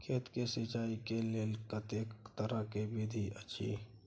खेत मे सिंचाई के लेल कतेक तरह के विधी अछि?